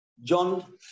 John